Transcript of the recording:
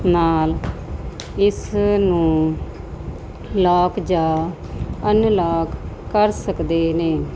ਨਾਲ ਇਸ ਨੂੰ ਲਾਕ ਜਾਂ ਅਨਲਾਗ ਕਰ ਸਕਦੇ ਨੇ